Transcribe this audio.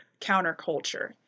counterculture